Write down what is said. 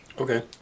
Okay